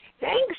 Thanks